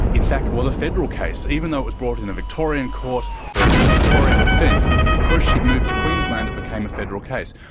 in fact, was a federal case, even though it was brought in a victorian court, for and a victorian offence, because she'd moved to queensland it became a federal case.